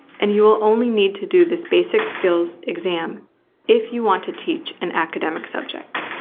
and you will only need to do this basic skills exam if you want to teach an academic subject.